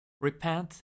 Repent